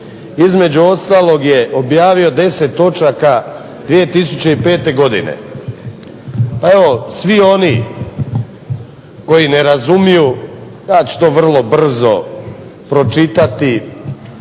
Između ostalog je objavio 10 točaka 2005. godine. Pa evo svi oni koji ne razumiju, ja ću to vrlo brzo pročitati.